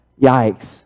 Yikes